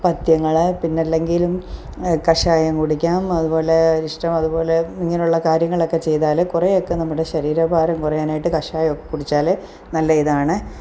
പഥ്യങ്ങൾ പിന്നെ അല്ലെങ്കിലും കഷായം കുടിക്കാം അതുപോലെ അരിഷ്ടം അതുപോലെ ഇങ്ങനെയുള്ള കാര്യങ്ങളൊക്കെ ചെയ്താൽ കുറേയൊക്കെ നമ്മുടെ ശരീരഭാരം കുറയാനായിട്ട് കഷായം ഒക്കെ കുടിച്ചാൽ നല്ല ഇതാണ്